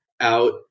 out